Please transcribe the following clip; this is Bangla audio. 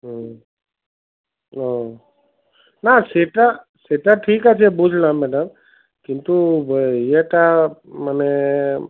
হুম হুম না সেটা সেটা ঠিক আছে বুঝলাম ম্যাডাম কিন্তু ইয়েটা মানে